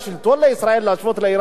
השלטון בישראל להשוות לאירן.